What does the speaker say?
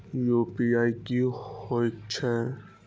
UPI की होई छै?